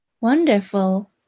Wonderful